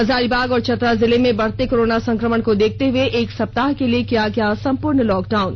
हजारीबाग और चतरा जिले में बढ़ते कोरोना संक्रमण को देखते हुए एक सप्ताह के लिए किया गया संपूर्ण लॉकडाउन